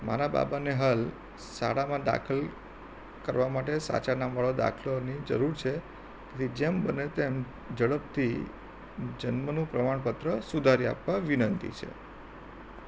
મારા બાબાને હાલ શાળામાં દાખલ કરવા માટે સાચા નામવાળો દાખલોની જરૂર છે તેથી જેમ બને તેમ ઝડપથી જન્મનું પ્રમાણપત્ર સુધારી આપવા વિનંતી છે